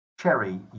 Cherry